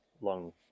long